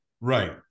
Right